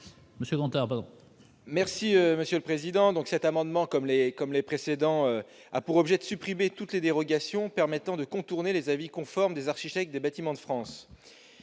l'amendement n° 152. Cet amendement, comme les précédents, a pour objet de supprimer toutes les dérogations permettant de contourner les avis conformes des architectes des Bâtiments de France.